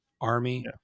army